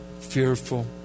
fearful